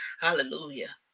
Hallelujah